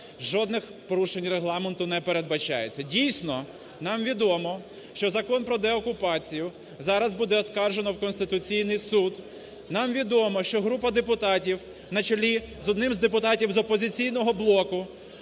Жодних порушень Регламенту не передбачається. Дійсно, нам відомо, що Закон про деокупацію зараз буде оскаржено у Конституційному Суді. Нам відомо, що група депутатів на чолі з одним із депутатів з "Опозиційного блоку",